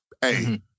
hey